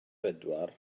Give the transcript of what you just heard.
bedwar